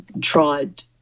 tried